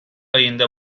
ayında